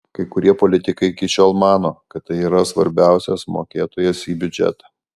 kai kurie politikai iki šiol mano kad tai yra svarbiausias mokėtojas į biudžetą